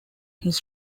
his